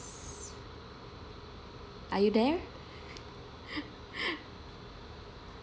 are you there